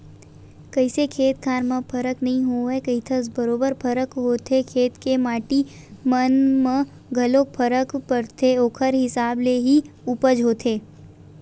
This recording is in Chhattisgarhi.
कइसे खेत खार म फरक नइ होवय कहिथस बरोबर फरक होथे खेत के माटी मन म घलोक फरक परथे ओखर हिसाब ले ही उपज होथे